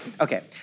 Okay